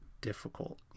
difficult